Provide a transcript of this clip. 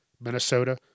Minnesota